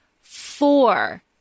four